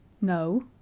No